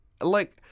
like-